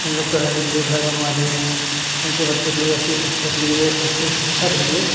उन लोग को रहने के लिए घर बनवा दिए हैं उनके बच्चों के अच्छी शिक्षा के लिए अच्छी शिक्षा के लिए